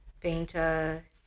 painter